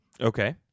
Okay